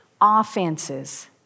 offenses